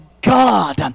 God